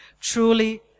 truly